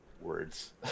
words